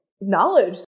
knowledge